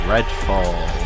Redfall